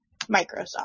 Microsoft